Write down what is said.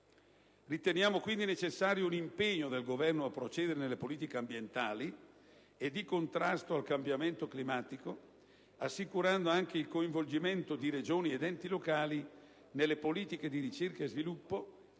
Riteniamo, quindi, necessario un impegno del Governo a procedere nelle politiche ambientali e di contrasto al cambiamento climatico, assicurando anche il coinvolgimento di Regioni ed enti locali nelle politiche di ricerca e sviluppo,